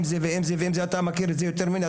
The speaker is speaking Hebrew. אתה מכיר את זה יותר ממני.